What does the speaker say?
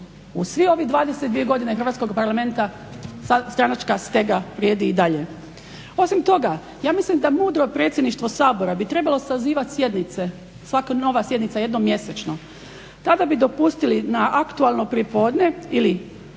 u svih ovih 22 godine Hrvatskog parlamenta stranačka stega vrijedi i dalje. Osim toga ja mislim da mudro predsjedništvo Sabora bi trebalo sazivati sjednice, svaka nova sjednica jednom mjesečno. Tada bi dopustili na aktualno prijepodne ili